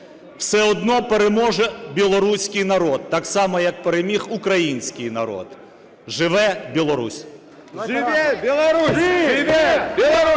все одно переможе білоруській народ, так само як переміг український народ. Живе Білорусь! Живе Білорусь!